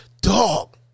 dog